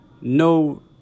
no